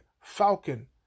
Falcon